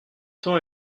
temps